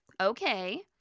Okay